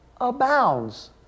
abounds